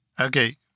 Okay